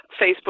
Facebook